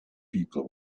people